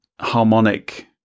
harmonic